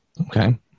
Okay